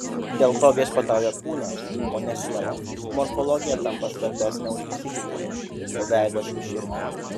dėl to viešpatauja kūnas o ne siela morfologija tampa svarbesnė už psichiką o veidas už širdį